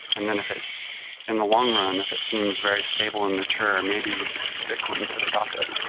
and then, if it in the long run, if it seems very stable and mature, maybe bitcoin could adopt it.